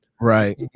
Right